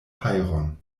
fajron